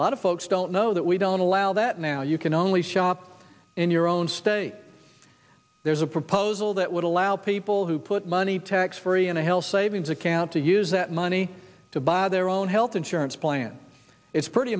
a lot of folks don't know that we don't allow that now you can only shop in your own state there's a proposal that would allow people who put money tax free in a health savings account to use that money to buy their own health insurance plan it's pretty